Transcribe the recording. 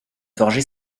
forger